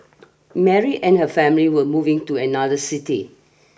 Mary and her family were moving to another city